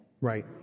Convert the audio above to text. Right